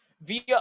via